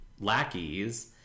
lackeys